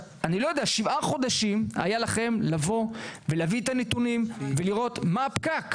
שבעה חודשים היו לכם להביא את הנתונים ולראות מה הפקק.